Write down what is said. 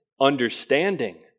Understanding